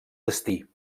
destí